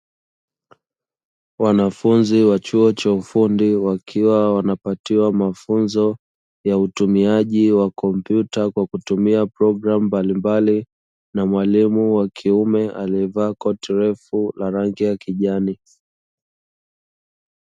Wanafunzi wa chuo cha ufundi wakiwa wanapatiwa mafunzo ya utumiaji wa kompyuta kwa kutumia programu mbalimbali na mwalimu wa kiume aliyevaa koti refu la rangi ya kijani.